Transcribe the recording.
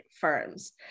firms